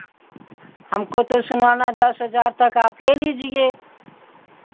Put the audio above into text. हमको तो सुनाना दस हज़ार तक आप ले लीजिए